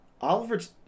Oliver's